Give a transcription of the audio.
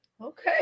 Okay